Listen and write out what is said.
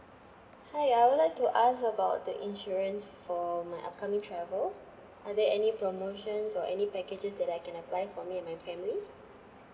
hi I would like to ask about the insurance for my upcoming travel are there any promotions or any packages that I can apply for me and my family